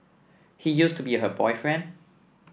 he used to be her boyfriend